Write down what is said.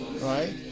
right